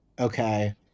okay